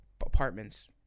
apartments